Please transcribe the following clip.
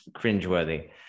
cringeworthy